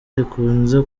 rikunze